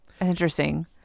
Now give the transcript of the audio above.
Interesting